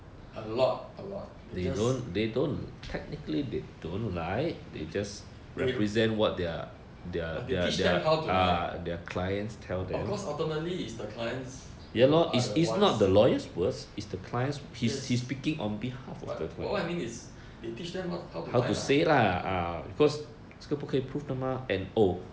a lot a lot they just they they but they teach him how to like of cause ultimately is the client's are the ones yes but w~ what I mean is they teach them wa~ how to lie lah